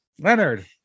leonard